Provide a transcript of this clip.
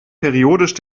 periodisch